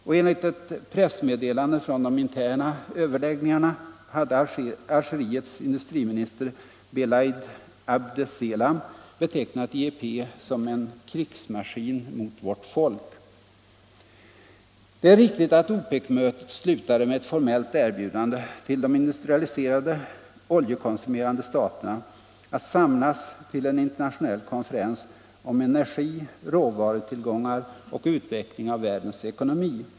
Och enligt ett pressmeddelande från de interna överläggningarna hade Algeriets in 69 dustriminister Belaid Abdessalam betecknat IEP som en ”krigsmaskin mot vårt folk”. Det är riktigt att OPEC-mötet slutade med ett formellt erbjudande till de industrialiserade oljekonsumerande staterna att samlas till en internationell konferens om energi, råvarutillgångar och utveckling av världens ekonomi.